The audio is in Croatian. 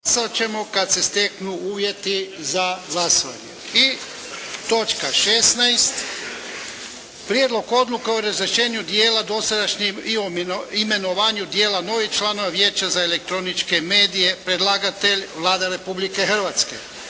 **Jarnjak, Ivan (HDZ)** I točka 16. - Prijedlog odluke o razrješenju dijela dosadašnjih i o imenovanju dijela novih članova Vijeća za elektroničke medije, Predlagatelj: Vlada Republike Hrvatske